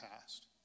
past